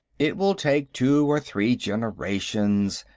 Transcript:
it will take two or three generations.